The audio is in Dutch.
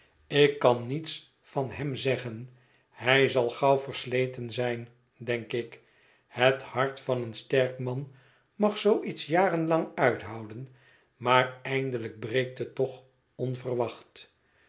ik kan niets van hem zeggen hij zal gauw versleten zijn denk ik het hart van een sterk man mag zoo iets jaren lang uithouden maar eindelijk breekt het toch onverwacht